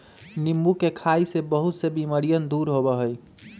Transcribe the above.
नींबू के खाई से बहुत से बीमारियन दूर होबा हई